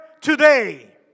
today